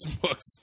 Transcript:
books